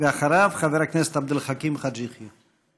ואחריו, חבר הכנסת עבד אל חכים חאג' יחיא.